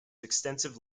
extensive